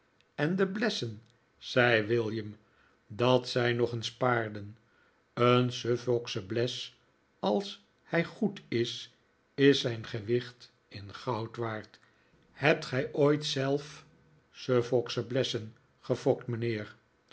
en de blessen zei william dat zijn nog eens paarden een suffolksche bles als hij goed is is zijn gewicht in goud waard hebt gij ooit zelf suffolksche blessen gefokt mijnheer